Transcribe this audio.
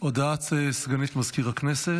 הודעה לסגנית מזכיר הכנסת.